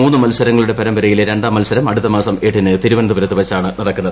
മൂന്നു മത്സരങ്ങളുടെ പരമ്പരിലെ രണ്ടാം മത്സരം അടുത്തമാസം എട്ടിന് തിരുവനന്തപുരത്ത് വച്ചാണ് നടക്കുന്നത്